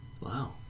Wow